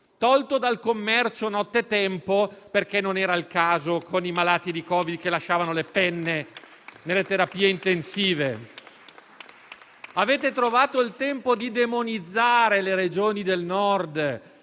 tolto dal commercio nottetempo perché non era il caso, con i malati di Covid che ci lasciavano le penne nelle terapie intensive. Avete trovato il tempo di demonizzare le Regioni del Nord